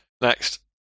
Next